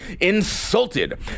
insulted